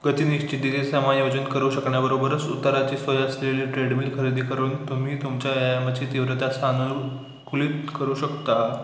गतिनिश्चिति समायोजन करू शकण्याबरोबरच उतराची सोय असलेली ट्रेडमिल खरेदी करून तुम्ही तुमच्या व्यायामाची तीव्रता सानुकूलित करू शकता